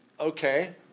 Okay